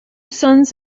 sons